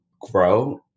grow